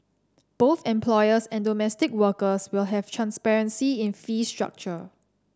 both employers and domestic workers will have transparency in fee structure